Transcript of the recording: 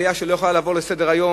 עלייה שלא יכולים לעבור עליה לסדר-היום,